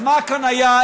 אז מה היה כאן הערב?